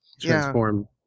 transform